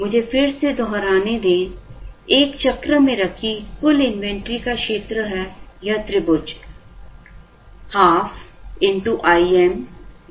मुझे फिर से दोहराने दें एक चक्र में रखी कुल इन्वेंट्री का क्षेत्र है यह त्रिभुज ½ I m t 1 है